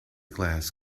glass